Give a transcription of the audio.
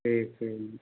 சரி சரிங்க